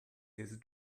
his